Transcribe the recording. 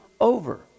over